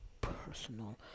personal